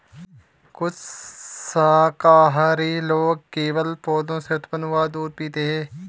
कुछ शाकाहारी लोग केवल पौधों से उत्पन्न हुआ दूध ही पीते हैं